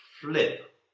flip